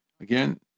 Again